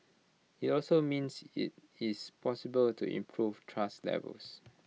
IT also means IT is possible to improve trust levels